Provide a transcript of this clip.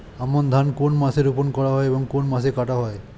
আমন ধান কোন মাসে রোপণ করা হয় এবং কোন মাসে কাটা হয়?